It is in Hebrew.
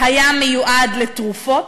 היה מיועד לתרופות,